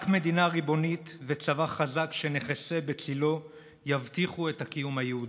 רק מדינה ריבונית וצבא חזק שנחסה בצילו יבטיחו את הקיום היהודי.